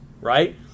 right